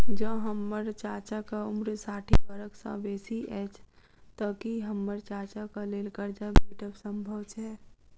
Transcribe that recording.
जँ हम्मर चाचाक उम्र साठि बरख सँ बेसी अछि तऽ की हम्मर चाचाक लेल करजा भेटब संभव छै?